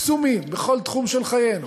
קסומים, בכל תחום של חיינו,